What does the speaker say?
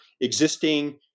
existing